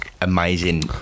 amazing